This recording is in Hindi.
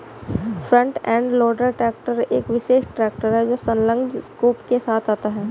फ्रंट एंड लोडर ट्रैक्टर एक विशेष ट्रैक्टर है जो संलग्न स्कूप के साथ आता है